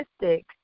statistic